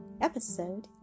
Episode